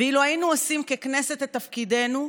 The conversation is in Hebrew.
ואילו היינו עושים ככנסת את תפקידנו,